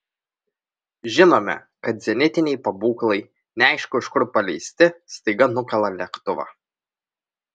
žinome kad zenitiniai pabūklai neaišku iš kur paleisti staiga nukala lėktuvą